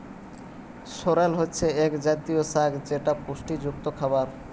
সরেল হচ্ছে এক জাতীয় শাক যেটা পুষ্টিযুক্ত খাবার